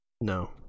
No